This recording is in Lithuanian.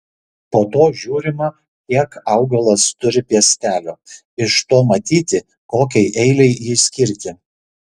po to žiūrima kiek augalas turi piestelių iš to matyti kokiai eilei jį skirti